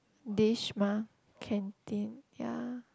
dish mah canteen ya